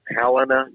Helena